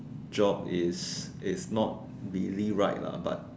job is is not really right lah but